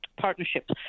partnerships